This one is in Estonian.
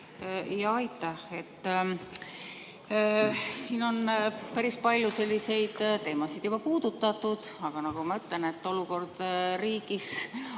Jaa, aitäh! Siin on päris palju selliseid teemasid juba puudutatud, aga nagu ma ütlen, et olukord riigis